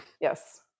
Yes